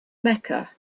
mecca